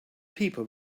people